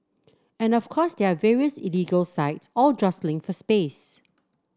and of course there are various illegal sites all jostling for space